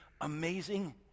amazing